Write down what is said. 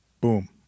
Boom